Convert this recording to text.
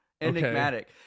Enigmatic